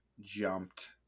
jumped